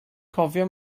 cofia